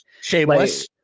Shameless